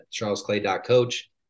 charlesclay.coach